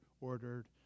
ordered